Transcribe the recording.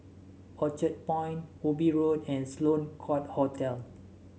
Orchard Point Ubi Road and Sloane Court Hotel